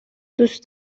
دوست